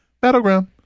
Battleground